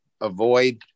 avoid